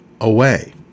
away